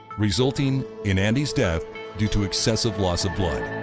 resulting in andy's death due to excessive loss of blood.